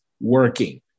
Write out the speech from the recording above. working